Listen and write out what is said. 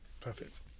Perfect